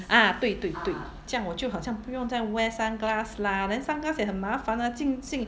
ah 对对对这样我就好像不用再 wear sunglass lah then sometimes 也很麻烦 ah 进进